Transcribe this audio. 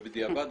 ובדיעבד,